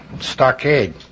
stockade